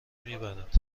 میبرد